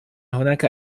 هناك